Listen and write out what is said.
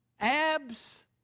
Abs